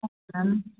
okay ma'am